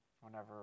Whenever